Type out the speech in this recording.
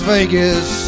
Vegas